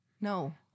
No